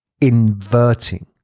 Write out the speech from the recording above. inverting